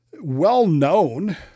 well-known